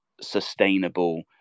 sustainable